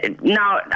now